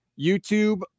youtube